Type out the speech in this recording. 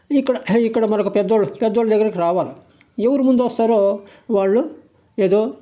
ఇక్కడ ఇక్కడ మరొక పెద్దోళ్ళు పెద్దోళ్ళ దగ్గరికి రావాలి ఎవరు ముందు వస్తారో వాళ్ళు ఎదో